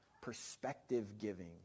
perspective-giving